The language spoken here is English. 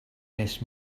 missed